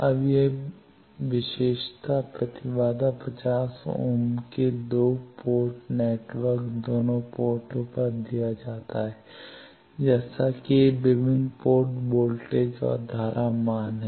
अब यह विशेषता प्रतिबाधा 50 ओम के साथ 2 पोर्ट नेटवर्क दोनों पोर्ट पर दिया जाता है जैसे कि ये विभिन्न पोर्ट वोल्टेज और धारा मान हैं